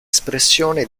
espressione